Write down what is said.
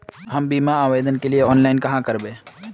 हम बीमा आवेदान के लिए ऑनलाइन कहाँ करबे?